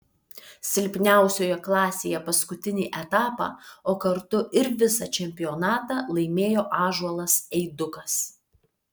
silpniausioje klasėje paskutinį etapą o kartu ir visą čempionatą laimėjo ąžuolas eidukas